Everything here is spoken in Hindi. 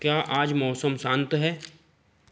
क्या आज मौसम शांत है